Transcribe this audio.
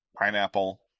pineapple